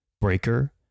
Breaker